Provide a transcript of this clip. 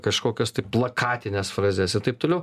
kažkokias tai plakatines frazes ir taip toliau